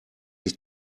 ich